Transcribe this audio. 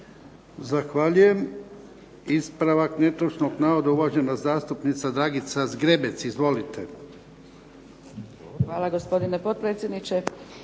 Zahvaljujem. Ispravak netočnog navoda uvažena zastupnica Dragica Zgrebec Izvolite. **Zgrebec, Dragica (SDP)** Hvala gospodine potpredsjedniče.